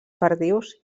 perdius